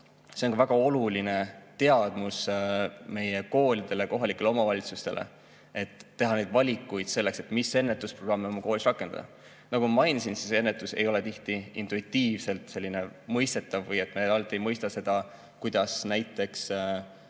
see on väga oluline teadmus meie koolidele ja kohalikele omavalitsustele, et teha neid valikuid selleks, mis ennetusprogramme oma koolis rakendada. Nagu ma mainisin, ennetus ei ole tihti intuitiivselt mõistetav või me ei mõista seda, kuidas näiteks